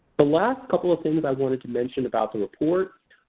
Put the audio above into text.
the last couple of things i wanted to mention about the report,